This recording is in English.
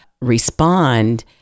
respond